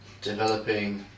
developing